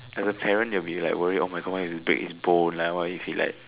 as a parent you will be like worried oh my god what if he break his bone like what if he like